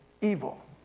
evil